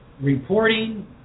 reporting